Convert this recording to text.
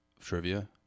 Trivia